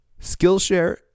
Skillshare